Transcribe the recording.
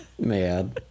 man